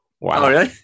Wow